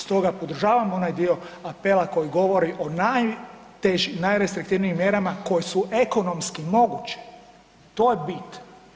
Stoga podržavam onaj dio apela koji govori o najtežim, najrestriktivnijim mjerama koje su ekonomski moguće, to je bit.